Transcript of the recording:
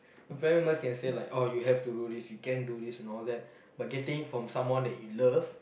your family members can say like oh you have to do this you can do this and all that but getting it from someone that you love